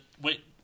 wait